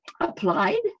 applied